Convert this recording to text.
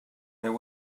there